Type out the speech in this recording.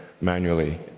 manually